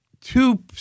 two